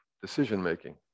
decision-making